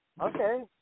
Okay